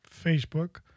Facebook